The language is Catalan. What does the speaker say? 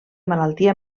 malaltia